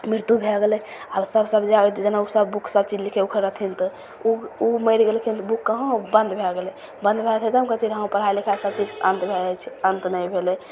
मृत्यु भै गेलै आब सब जे जेना सब बुक सबचीज लिखै उखै रहथिन तऽ ओ ओ मरि गेलखिन तऽ बुक कहाँ बन्द भै गेलै बन्द भै जएतै तऽ हम कहतिए हँ पढ़ाइ लिखाइ सबचीजके अन्त भै जाइ छै अन्त नहि भेलै